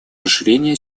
расширение